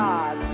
God